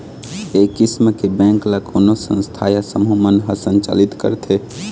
ए किसम के बेंक ल कोनो संस्था या समूह मन ह संचालित करथे